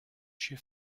she